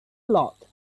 lot